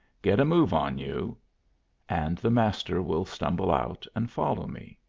get a move on you and the master will stumble out and follow me.